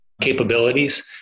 capabilities